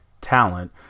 talent